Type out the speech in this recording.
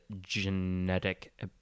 genetic